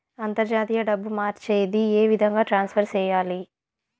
అంతర్జాతీయ డబ్బు మార్చేది? ఏ విధంగా ట్రాన్స్ఫర్ సేయాలి?